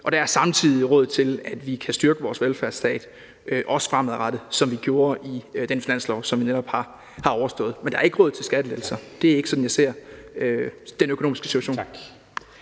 også fremadrettet kan styrke vores velfærdsstat, som vi gjorde i den finanslov, som vi netop har overstået. Men der er ikke råd til skattelettelser. Det er ikke sådan, jeg ser den økonomiske situation.